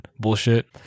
bullshit